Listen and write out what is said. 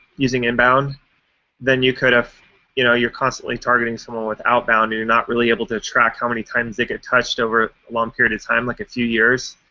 using inbound than you could if you know you're constantly targeting someone with outbound, and you're not really able to track how many times they get touched over a long period of time like, a few years.